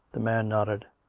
the man nodded.